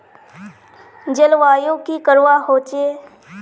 जलवायु की करवा होचे?